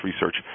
research